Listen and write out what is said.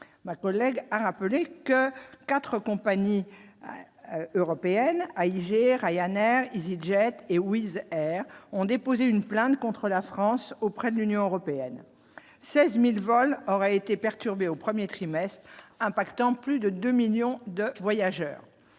ma collègue a rappelé que 4 compagnies européennes AIG Ryanair, EasyJet et Wiz Air ont déposé une plainte contre la France auprès de l'Union européenne 16000 vols auraient été perturbées au 1er trimestre impactant en plus de 2 millions de voyageurs: